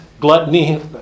gluttony